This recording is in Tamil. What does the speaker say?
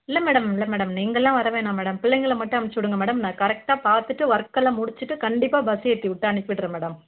இல்லை மேடம் இல்லை மேடம் நீங்கள்லாம் வர வேணாம் மேடம் பிள்ளைங்களை மட்டும் அணும்ச்சி விடுங்க மேடம் நான் கரெக்டாக பார்த்துட்டு ஒர்க்கெல்லாம் முடித்துட்டு கண்டிப்பாக பஸ் ஏற்றி விட்டு அனுப்பிடுறேன் மேடம்